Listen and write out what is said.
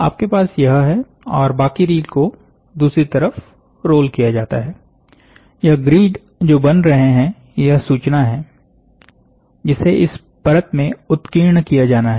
आपके पास यह हैं और बाकी रील को दूसरी तरफ रोल किया जाता है यह ग्रिड जो बन रहे हैं यह सूचना है जिसे इस परत में उत्कीर्ण किया जाना है